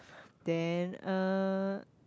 then uh